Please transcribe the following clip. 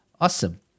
Awesome